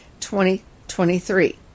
2023